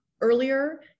earlier